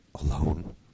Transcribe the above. alone